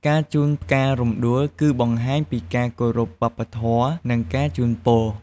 ការជូនផ្ការំដួល គឺបង្ហាញពីការគោរពវប្បធម៌ និងការជូនពរ។